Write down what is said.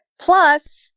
Plus